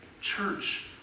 church